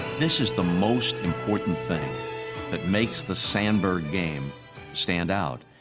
this is the most important thing that makes the sandberg game stand out.